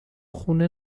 خونه